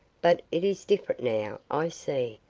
but it is different now. i see,